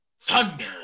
Thunder